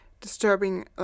disturbing